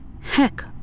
heck